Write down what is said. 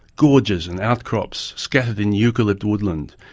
gorges and outcrops scattered in eucalypt woodland,